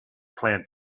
plan